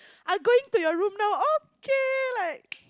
I going to your room now okay like